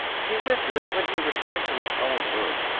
the wizard, when he returned to his own room,